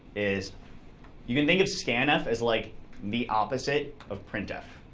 is you can think ofscanf as like the opposite ofprintf.